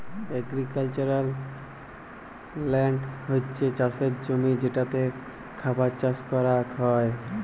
agricultural land হছ্যে চাসের জমি যেটাতে খাবার চাস করাক হ্যয়